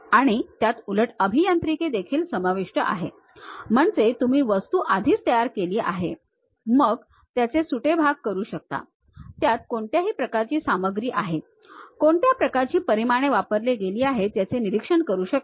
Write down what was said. आणि त्यात उलट अभियांत्रिकी देखील समाविष्ट आहे म्हणजे तुम्ही वस्तू आधीच तयार केली आहे मग तुम्ही त्याचे भाग सुटे करू शकता त्यात कोणत्या प्रकारची सामग्री आहे कोणत्या प्रकारची परिमाणे वापरली गेली आहेत याचे निरीक्षण करू शकता